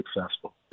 successful